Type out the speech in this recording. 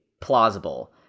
plausible